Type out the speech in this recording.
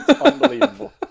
Unbelievable